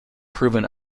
proven